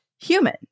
human